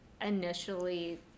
initially